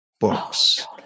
books